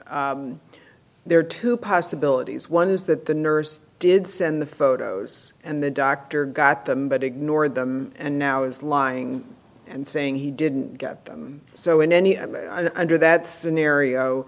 t there are two possibilities one is that the nurse did send the photos and the doctor got them but ignored them and now is lying and saying he didn't get so in any under that scenario